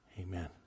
amen